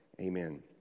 amen